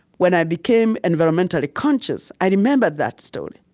when i became environmentally conscious, i remembered that story.